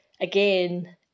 again